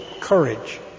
courage